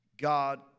God